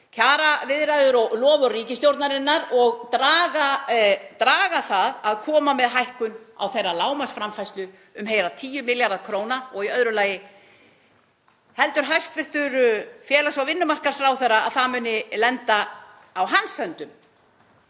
kjaraviðræður og loforð ríkisstjórnarinnar og það megi draga það að koma með hækkun á þeirra lágmarksframfærslu um heila 10 milljarða kr. Í öðru lagi: Heldur hæstv. félags- og vinnumarkaðsráðherra að það muni lenda í hans höndum